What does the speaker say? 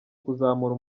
kuzamura